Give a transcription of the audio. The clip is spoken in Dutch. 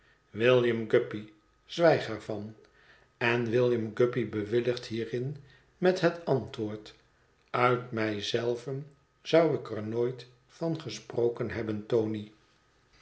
william guppy zwijg er van en william guppy bewilligt hierin met het antwoord uit mij zelven zou ik er nooit van gesproken hebben tony